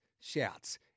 shouts